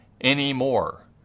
anymore